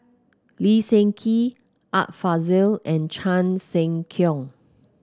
Lee Seng Gee Art Fazil and Chan Sek Keong